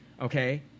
okay